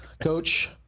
Coach